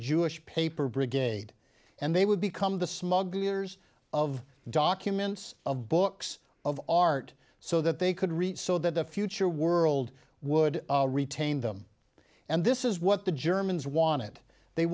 jewish paper brigade and they would become the smugglers of documents of books of art so that they could read so that the future world would retain them and this is what the germans want it they